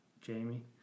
Jamie